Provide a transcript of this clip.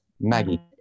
Maggie